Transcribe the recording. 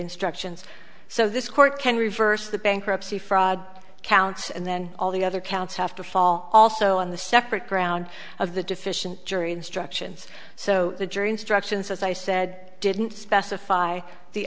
instructions so this court can reverse the bankruptcy fraud counts and then all the other counts have to fall also on the separate ground of the deficient jury instructions so the jury instructions as i said didn't specify the